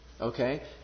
Okay